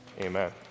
Amen